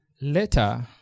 Later